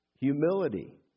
Humility